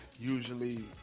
usually